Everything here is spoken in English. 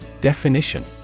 Definition